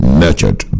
nurtured